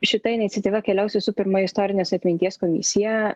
šita iniciatyva keliaus visu pirma į istorinės atminties komisiją